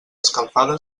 escalfada